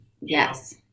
Yes